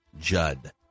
Judd